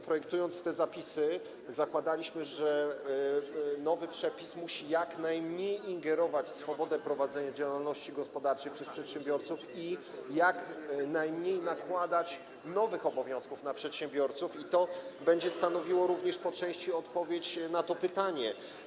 Projektując te zapisy, zakładaliśmy, że nowy przepis musi jak najmniej ingerować w swobodę prowadzenia działalności gospodarczej przez przedsiębiorców i nakładać jak najmniej nowych obowiązków na przedsiębiorców, i to będzie stanowiło również po części odpowiedź na to pytanie.